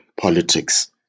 politics